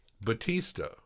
Batista